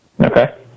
Okay